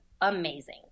amazing